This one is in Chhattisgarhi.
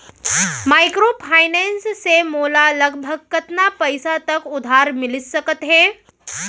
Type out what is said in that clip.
माइक्रोफाइनेंस से मोला लगभग कतना पइसा तक उधार मिलिस सकत हे?